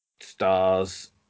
stars